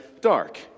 dark